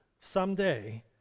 someday